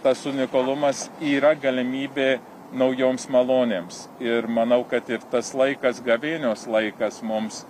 tas unikalumas yra galimybė naujoms malonėms ir manau kad ir tas laikas gavėnios laikas mums